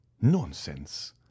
Nonsense